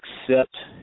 accept